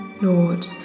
Lord